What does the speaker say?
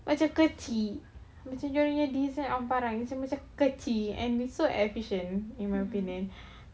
macam kecil macam dia orang punya design of barang macam macam kecil and it's so efficient in my opinion